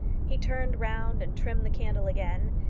he turned round and trimmed the candle again,